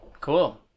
Cool